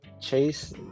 chase